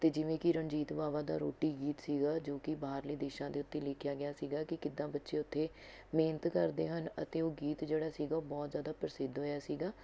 ਅਤੇ ਜਿਵੇਂ ਕਿ ਰਣਜੀਤ ਬਾਵਾ ਦਾ ਰੋਟੀ ਗੀਤ ਸੀਗਾ ਜੋ ਕਿ ਬਾਹਰਲੇ ਦੇਸ਼ਾਂ ਦੇ ਉੱਤੇ ਲਿਖਿਆ ਗਿਆ ਸੀਗਾ ਕਿ ਕਿੱਦਾਂ ਬੱਚੇ ਉੱਥੇ ਮਿਹਨਤ ਕਰਦੇ ਹਨ ਅਤੇ ਉਹ ਗੀਤ ਜਿਹੜਾ ਸੀਗਾ ਬਹੁਤ ਜ਼ਿਆਦਾ ਪ੍ਰਸਿੱਧ ਹੋਇਆ ਸੀਗਾ